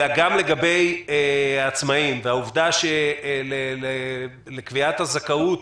אלא גם לגבי עצמאיים והעובדה שלקביעת הזכאות